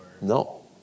No